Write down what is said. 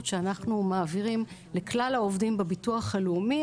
שאנחנו מעבירים לכלל העובדים בביטוח הלאומי.